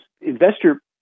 investor